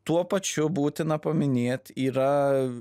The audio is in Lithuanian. tuo pačiu būtina paminėt yra